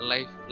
Life